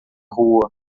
rua